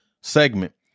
segment